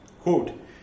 Quote